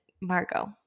Margot